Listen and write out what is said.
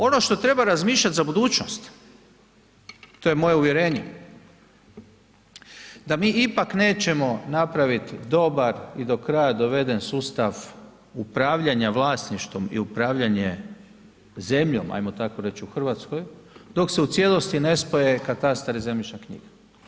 Ono što treba razmišljati za budućnost, to je moje uvjerenje, da mi ipak nećemo napraviti dobar i do kraja doveden sustav upravljanja vlasništvom i upravljanje zemljom, ajmo tako reć, u Hrvatskoj, dok se u cijelosti ne spoje katastar i zemljišne knjige.